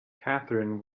catherine